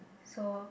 so